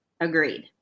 Agreed